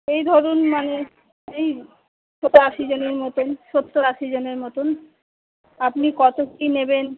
এই ধরুন মানে এই আশিজনের মতন সত্তর আশিজনের মতন আপনি কত কী নেবেন